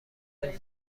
این